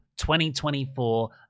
2024